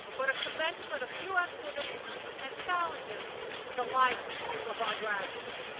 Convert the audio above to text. but a commencement of new activities and challenges in the lives of our graduates.